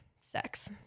sex